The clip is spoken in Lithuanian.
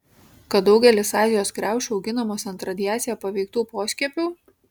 kad daugelis azijos kriaušių auginamos ant radiacija paveiktų poskiepių